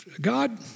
God